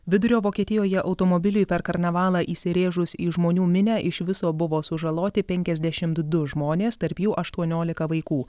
vidurio vokietijoje automobiliui per karnavalą įsirėžus į žmonių minią iš viso buvo sužaloti penkiasdešimt du žmonės tarp jų aštuoniolika vaikų